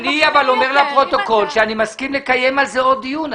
אני אומר לפרוטוקול שאני מסכים לקיים על זה עוד דיון.